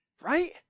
right